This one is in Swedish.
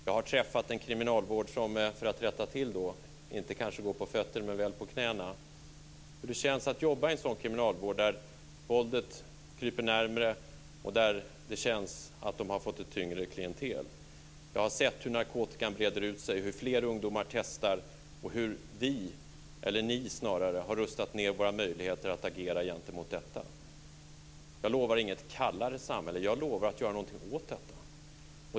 Jag har besökt en kriminalvård som, för att rätta till det, kanske inte går på fötter men väl på knäna och hört hur det känns att jobba i en sådan kriminalvård där väldet kryper närmare och där det känns att de har fått ett tyngre klientel. Jag har sett hur narkotikan breder ut sig, hur fler ungdomar testar och hur vi eller snarare ni har rustat ned våra möjligheter att agera gentemot detta. Jag lovar inget kallare samhälle. Jag lovar att göra någonting åt detta.